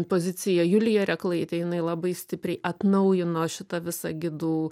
poziciją julija reklaitė jinai labai stipriai atnaujino šitą visą gidų